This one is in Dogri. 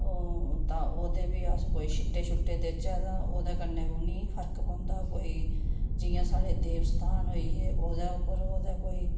ओह् तां ओह्दे बी अस कोई छिट्टे छुट्टे देचै तां ओह्दे कन्नै उ'नेंगी फर्क पौंदा कोई जियां साढ़े देव स्थान होई गे ओह्दे उप्पर ओह्दा कोई